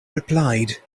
replied